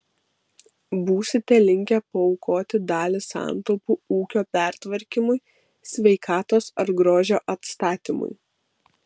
būsite linkę paaukoti dalį santaupų ūkio pertvarkymui sveikatos ar grožio atstatymui